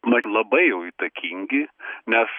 mat labai jau įtakingi nes